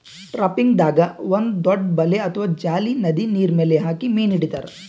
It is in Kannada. ಟ್ರಾಪಿಂಗ್ದಾಗ್ ಒಂದ್ ದೊಡ್ಡ್ ಬಲೆ ಅಥವಾ ಜಾಲಿ ನದಿ ನೀರ್ಮೆಲ್ ಹಾಕಿ ಮೀನ್ ಹಿಡಿತಾರ್